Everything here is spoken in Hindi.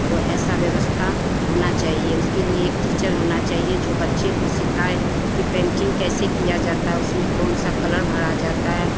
वह ऐसी व्यवस्था होनी चाहिए उसके लिए एक टीचर होना चाहिए जो बच्चे को सिखाए कि पेन्टिन्ग कैसे की जाती है उसमें कौन सा कलर भरा जाता है